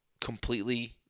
completely